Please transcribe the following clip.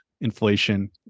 inflation